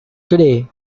today